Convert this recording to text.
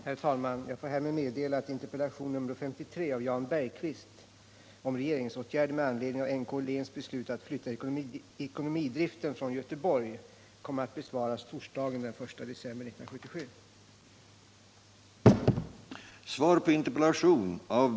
tavssons den 27 oktober anmälda interpellation, 1977/78:57, och an — Om åtgärder för att förde: säkerställa produk Herr talman!